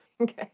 Okay